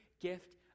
gift